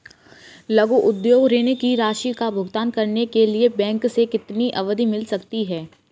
लघु उद्योग ऋण की राशि का भुगतान करने के लिए बैंक से कितनी अवधि मिल सकती है?